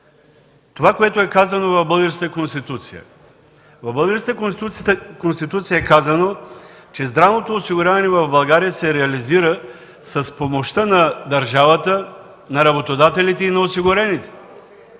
това, което е казано в българската Конституция. В българската Конституция е казано, че здравното осигуряване в България се реализира с помощта на държавата, на работодателите и на осигурените.